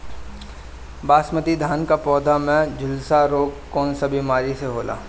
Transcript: बासमती धान क पौधा में झुलसा रोग कौन बिमारी से होला?